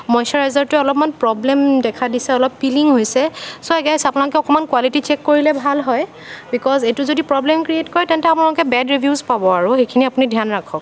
মইশ্ৱৰাইজাৰটোৱে অলপমান প্ৰবলেম দেখা দিছে অলপ পিলিং হৈছে ছ' আই গেছ আপোনালোকে অকণমান কুৱালিটি চেক কৰিলে ভাল হয় বিকজ এইটো যদি প্ৰবলেম ক্ৰিয়েট কৰে তেন্তে আপোনালোকে বেড ৰিভিউজ পাব আৰু সেইখিনি আপুনি ধ্য়ান ৰাখক